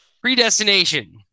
predestination